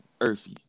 earthy